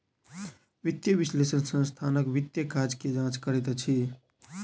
वित्तीय विश्लेषक संस्थानक वित्तीय काज के जांच करैत अछि